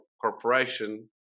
corporation